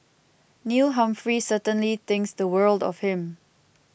Neil Humphrey certainly thinks the world of him